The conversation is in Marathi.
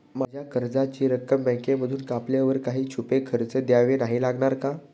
माझ्या कर्जाची रक्कम बँकेमधून कापल्यावर काही छुपे खर्च द्यावे नाही लागणार ना?